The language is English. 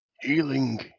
Healing